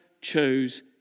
chose